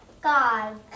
God